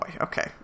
Okay